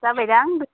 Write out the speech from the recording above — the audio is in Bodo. जाबाय दां